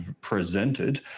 presented